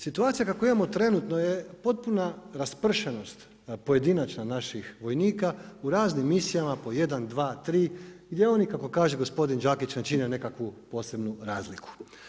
Situacija kakvu imamo trenutno je potpuna raspršenost pojedinačna naših vojnika u raznim misijama po jedan, dva, tri, gdje oni kako kaže gospodin Đakić ne čine nekakvu posebnu razliku.